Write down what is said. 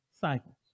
cycles